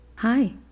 Hi